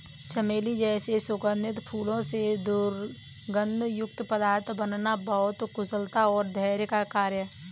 चमेली जैसे सुगंधित फूलों से सुगंध युक्त पदार्थ बनाना बहुत कुशलता और धैर्य का कार्य है